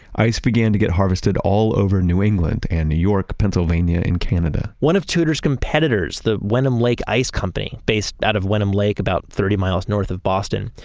ice began to get harvested all over new england and new york, pennsylvania, and canada one of tudor's competitors, the wenham lake ice company based out of wenham lake about thirty miles north of boston,